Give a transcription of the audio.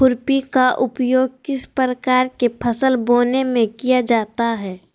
खुरपी का उपयोग किस प्रकार के फसल बोने में किया जाता है?